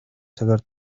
цагаар